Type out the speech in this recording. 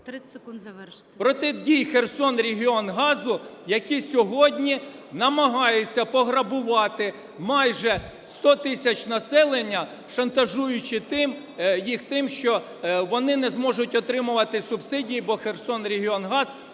…проти дій "Херсонрегіонгазу", який сьогодні намагається пограбувати майже 100 тисяч населення, шантажуючи їх тим, що вони не зможуть отримувати субсидії, бо "Херсонрегіонгаз"